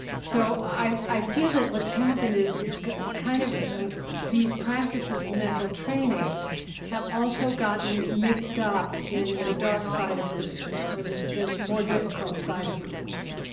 so i i feel that what's happened is, it's kind of these practices in mental training have also gotten mixed up in the dark side of religion or the the more difficult side of religion.